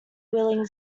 willing